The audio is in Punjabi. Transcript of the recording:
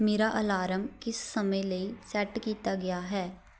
ਮੇਰਾ ਅਲਾਰਮ ਕਿਸ ਸਮੇਂ ਲਈ ਸੈੱਟ ਕੀਤਾ ਗਿਆ ਹੈ